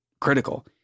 critical